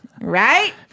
right